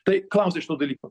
tai klausė šitų dalykų